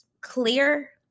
clear